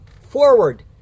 forward